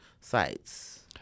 sites